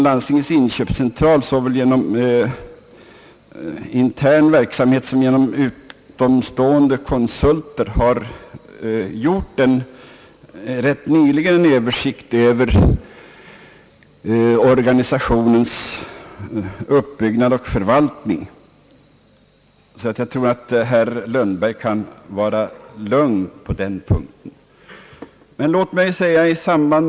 Landstingens inköpscentral har såväl internt som genom utomstående konsulter nyligen gjort en översikt över organisationens uppbyggnad och förvaltning, som jag tror kan lugna herr Lundberg på den punkten.